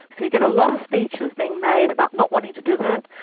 you get a lot of speeches being made about not wanting to do that,